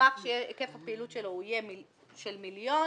גמ"ח שהיקף הפעילות שלו יהיה של מיליון שקלים,